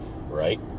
right